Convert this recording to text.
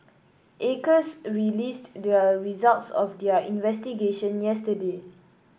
acres released the results of their investigation yesterday